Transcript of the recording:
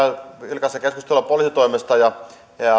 vilkasta keskustelua poliisitoimesta